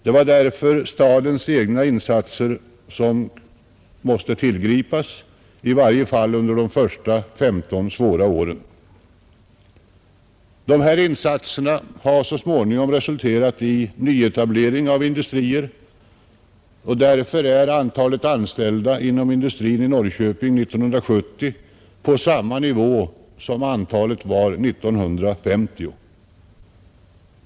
Därför måste stadens egna insatser tillgripas — i varje fall under de första 15 svåra åren, Dessa insatser har så småningom resulterat i nyetablering av industrier, varför antalet anställda inom industrin i Norrköping 1970 kunnat hållas på samma nivå som antalet var 1950.